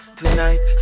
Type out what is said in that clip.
tonight